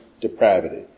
depravity